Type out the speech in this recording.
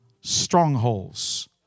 strongholds